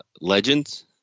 legends